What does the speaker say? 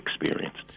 experienced